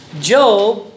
Job